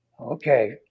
okay